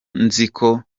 nziko